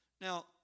Now